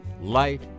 Light